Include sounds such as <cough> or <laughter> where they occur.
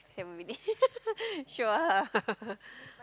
<laughs> sure